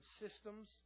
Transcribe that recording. systems